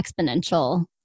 exponential